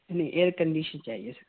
نہیں air condition چاہیے سر